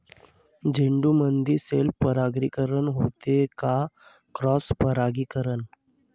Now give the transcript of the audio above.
झेंडूमंदी सेल्फ परागीकरन होते का क्रॉस परागीकरन?